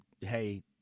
hey